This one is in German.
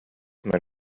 mein